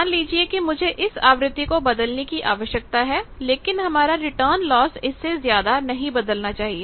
मान लीजिए कि मुझे इस आवृत्ति को बदलने की आवश्यकता है लेकिन हमारा रिटर्न लॉस इससे ज्यादा नहीं बदलना चाहिए